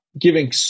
giving